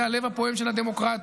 זה הלב הפועם של הדמוקרטיה.